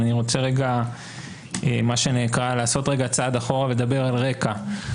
אבל אני רוצה לעשות צעד אחורה ולדבר על הרקע.